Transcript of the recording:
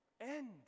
end